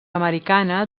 americana